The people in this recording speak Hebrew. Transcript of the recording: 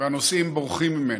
והנושאים בורחים ממנה.